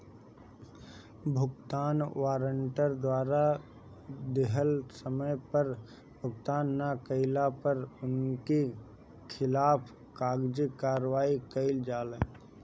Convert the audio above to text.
भुगतान वारंट द्वारा दिहल समय पअ भुगतान ना कइला पअ उनकी खिलाफ़ कागजी कार्यवाही कईल जाला